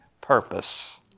purpose